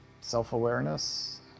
self-awareness